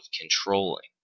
controlling